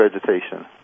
vegetation